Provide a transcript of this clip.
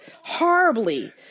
Horribly